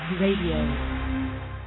Radio